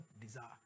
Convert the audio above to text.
desire